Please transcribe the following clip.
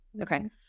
Okay